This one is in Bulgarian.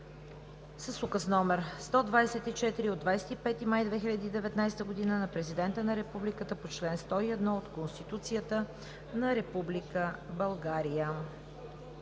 с Указ № 124 от 23 май 2019 г. на Президента на Републиката по чл. 101 от Конституцията на Република България.